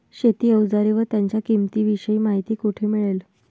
शेती औजारे व त्यांच्या किंमतीविषयी माहिती कोठे मिळेल?